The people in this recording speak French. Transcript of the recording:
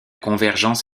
convergence